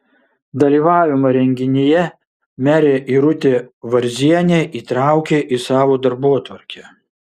dalyvavimą renginyje merė irutė varzienė įtraukė į savo darbotvarkę